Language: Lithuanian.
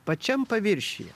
pačiam paviršiuje